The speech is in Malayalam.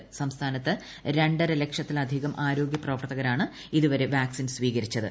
ഇതോടെ സംസ്ഥാനത്ത് രണ്ടര ലക്ഷത്തിധികം ആരോഗ്യ പ്രവർത്തകരാണ് ഇതുവരെ വാക്സിൻ സ്വീകരിച്ചത്